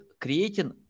creating